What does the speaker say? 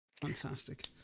Fantastic